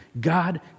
God